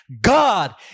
God